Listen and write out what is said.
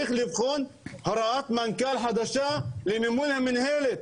צריך לבחון הוראת מנכ"ל חדשה למימון המנהלת,